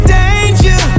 danger